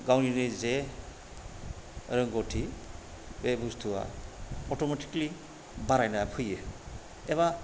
गावनि निजे रोंगौथि बे बुस्तुआ अटमेटिकेलि बारायनानै फैयो एबा